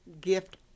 gift